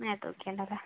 നേരത്തെ വിളിക്കേണ്ട അല്ലേ